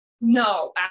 no